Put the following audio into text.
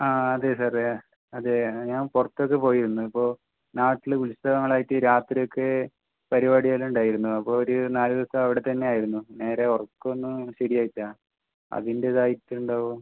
ആ അതേ സാറേ അതേ ഞാൻ പുറത്തൊക്കെ പോയിരുന്നു അപ്പോൾ നാട്ടിൽ ഉത്സവങ്ങളായിട്ട് രാത്രിയൊക്കെ പരിപാടിയെല്ലാം ഉണ്ടായിരുന്നു അപ്പോൾ ഒരു നാല് ദിവസം അവിടെ തന്നെ ആയിരുന്നു നേരെ ഉറക്കമൊന്നും ശരിയായിട്ടില്ല അതിൻ്റെ ഇതായിട്ടുണ്ടാകുമോ